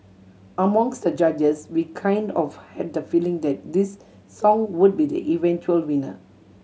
amongst the judges we kind of had the feeling that this song would be the eventual winner